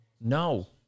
no